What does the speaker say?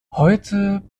heute